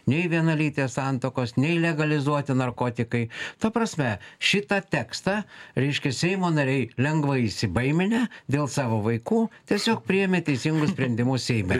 nei vienalytės santuokos nei legalizuoti narkotikai ta prasme šitą tekstą reiškia seimo nariai lengvai įsibaiminę dėl savo vaikų tiesiog priėmė teisingus sprendimus seime